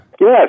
Yes